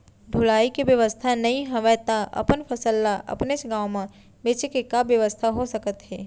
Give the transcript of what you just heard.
ढुलाई के बेवस्था नई हवय ता अपन फसल ला अपनेच गांव मा बेचे के का बेवस्था हो सकत हे?